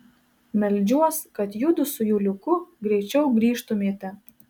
meldžiuos kad judu su juliuku greičiau grįžtumėte